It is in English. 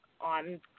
on